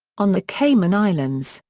on the cayman islands,